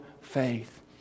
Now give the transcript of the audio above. faith